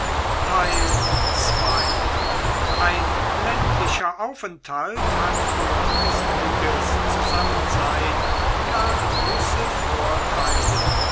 ein ländlicher aufenthalt hat für geselliges zusammensein gar große vorteile